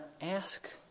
ask